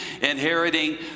inheriting